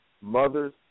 Mothers